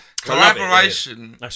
Collaboration